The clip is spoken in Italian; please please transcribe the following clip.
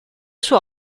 sue